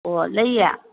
ꯑꯣ ꯂꯩꯌꯦ